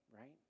right